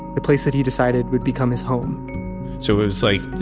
the place that he decided would become his home so it was like,